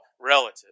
relative